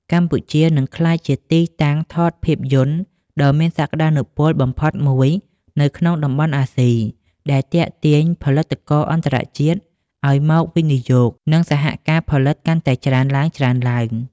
កម្ពុជានឹងក្លាយជាទីតាំងថតភាពយន្តដ៏មានសក្ដានុពលបំផុតមួយនៅក្នុងតំបន់អាស៊ី ដែលទាក់ទាញផលិតករអន្តរជាតិឱ្យមកវិនិយោគ និងសហការផលិតកាន់តែច្រើនឡើងៗ។